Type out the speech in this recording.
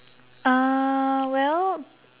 uh well